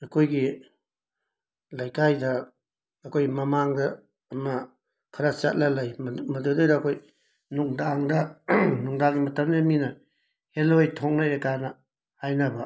ꯑꯩꯈꯣꯏꯒꯤ ꯂꯩꯀꯥꯏꯗ ꯑꯩꯈꯣꯏ ꯃꯃꯥꯡꯗ ꯑꯃ ꯈꯔ ꯆꯠꯂꯒ ꯂꯩ ꯃꯗꯨ ꯃꯗꯨꯗꯩꯗ ꯑꯩꯈꯣꯏ ꯅꯨꯡꯗꯥꯡꯗ ꯅꯨꯡꯗꯥꯡ ꯃꯇꯝꯗꯨ ꯃꯤꯅ ꯍꯦꯜꯂꯣꯏ ꯊꯣꯛꯅꯩꯌꯦ ꯀꯥꯏꯅ ꯍꯥꯏꯅꯕ